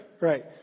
Right